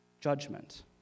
judgment